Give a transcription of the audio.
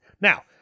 Now